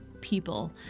people